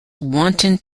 wanton